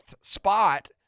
spot